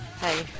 Hey